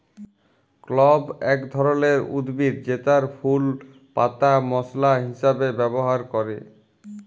clove এক ধরলের উদ্ভিদ জেতার ফুল পাতা মশলা হিসাবে ব্যবহার ক্যরে